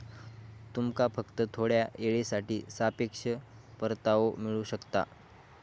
तुमका फक्त थोड्या येळेसाठी सापेक्ष परतावो मिळू शकता